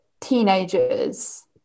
teenagers